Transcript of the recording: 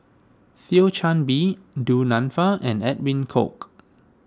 Thio Chan Bee Du Nanfa and Edwin Koek